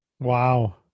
wow